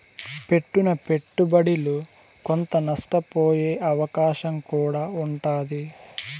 పెట్టిన పెట్టుబడిలో కొంత నష్టపోయే అవకాశం కూడా ఉంటాది